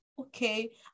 Okay